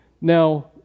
Now